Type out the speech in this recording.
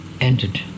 entered